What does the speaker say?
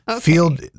field